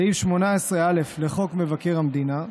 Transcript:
סעיף 18א לחוק מבקר המדינה,